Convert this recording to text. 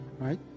right